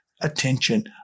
attention